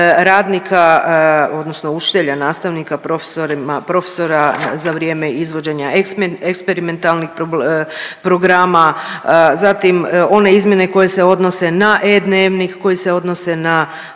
radnika odnosno učitelja i nastavnika, profesora za vrijeme izvođenja eksperimentalnih programa, zatim one izmjene koje se odnose na e-dnevnik, koje se odnose na